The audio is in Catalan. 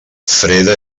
freda